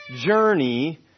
journey